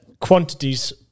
quantities